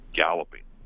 galloping